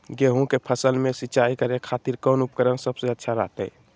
गेहूं के फसल में सिंचाई करे खातिर कौन उपकरण सबसे अच्छा रहतय?